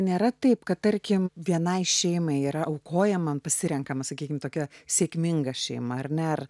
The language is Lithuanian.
nėra taip kad tarkim vienai šeimai yra aukojama pasirenkama sakykime tokia sėkminga šeima ar net